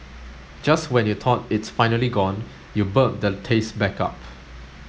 just when you thought it's finally gone you burp the taste back up